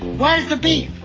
where's the beef?